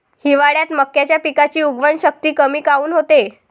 हिवाळ्यात मक्याच्या पिकाची उगवन शक्ती कमी काऊन होते?